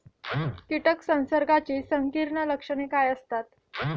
कीटक संसर्गाची संकीर्ण लक्षणे काय असतात?